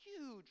huge